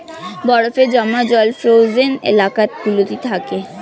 বরফে জমা জল ফ্রোজেন এলাকা গুলোতে থাকে